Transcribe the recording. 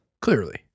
Clearly